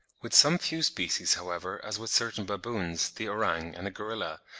with some few species, however, as with certain baboons, the orang and the gorilla,